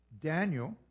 Daniel